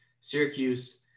Syracuse